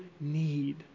need